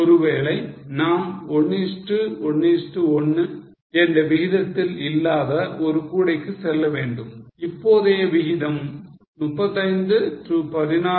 ஒருவேளை நாம் 1 is to 1 is to 1 என்ற விகிதத்தில் இல்லாத ஒரு கூடைக்கு செல்ல வேண்டும் இப்போதைய விகிதம் 35 to 16 to 5